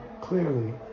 clearly